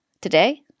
Today